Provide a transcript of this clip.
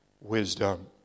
wisdom